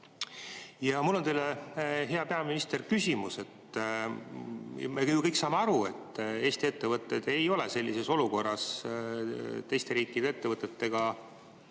Mul on teile, hea peaminister, küsimus. Me kõik saame aru, et Eesti ettevõtted ei ole sellises olukorras teiste riikide ettevõtetega